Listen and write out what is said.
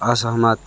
असहमत